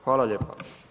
Hvala lijepa.